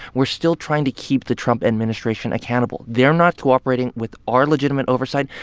we're still trying to keep the trump administration accountable. they're not cooperating with our legitimate oversight,